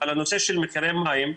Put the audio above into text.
אבל הנושא של מחירי מים,